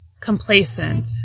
complacent